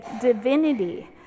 divinity